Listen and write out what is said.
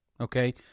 Okay